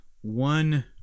one